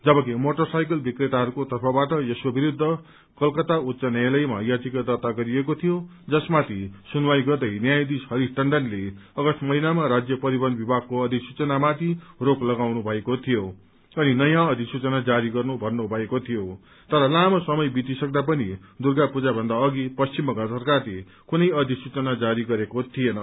जबकि motorcycle विक्रेताहरूको तर्फबाट यसको विरूद्ध कलकता उच्च न्यायालयमा याचिका दर्ता गरिएको थियो जसमाथि सुनवाई गर्दै न्यायाधीश हरिश टण्डनले अगस्त महिनामा राज्य परिवहन विभागको अधिसूचनामाथि रोक लगाउनु भएको थियो अनि नयाँ अधिसूचना जारी गर्नु भन्नुभएको थियो तर लामो समय बितिसक्दा पनि दुर्गा पूजाभन्दा अधि पश्चिम बंगाल सरकारले कुनै अधिसूचना जारी गरेको थिएन